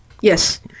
Yes